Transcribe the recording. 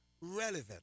relevant